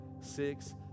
six